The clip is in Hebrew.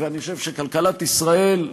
ואני חושב שכלכלת ישראל,